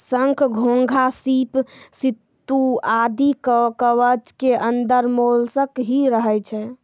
शंख, घोंघा, सीप, सित्तू आदि कवच के अंदर मोलस्क ही रहै छै